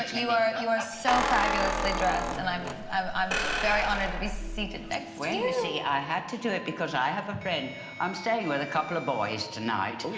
you are you are so fabulously dressed, and i'm i'm very honored to be seated well you see i had to do it because i have a friend i'm staying with a couple of boys tonight.